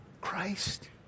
Christ